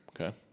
Okay